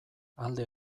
alde